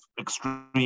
extreme